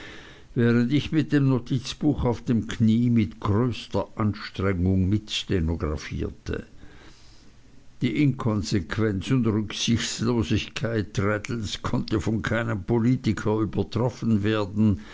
während ich mit dem notizbuch auf dem knie mit größter anstrengung mit stenographierte die inkonsequenz und rücksichtslosigkeit traddles konnte von keinem politiker übertroffen werden